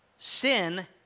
Sin